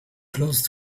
close